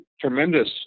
tremendous